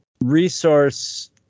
resource